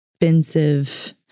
expensive